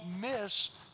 miss